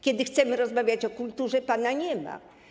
Kiedy chcemy rozmawiać o kulturze, pana nie ma.